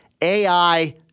AI